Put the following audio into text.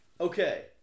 Okay